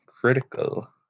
critical